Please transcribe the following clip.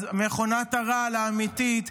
אז מכונת הרעל האמיתית,